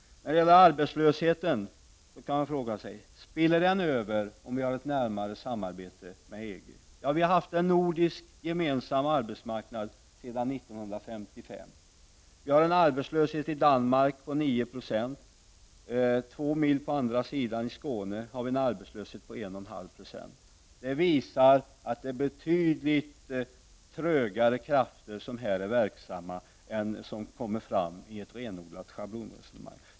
Beträffande arbetslösheten kan man fråga sig om den spiller över vid ett närmare samarbete med EG. Sedan 1955 har vi haft en gemensam nordisk arbetsmarknad. I Danmark uppgår arbetslösheten till 9 96. I Skåne, två mil österut, har vi en arbetslöshet på 1,5 20. Detta visar att betydligt trögare krafter är verksamma i detta sammanhang än de som blir aktuella vid ett renodlat schablonresonemang.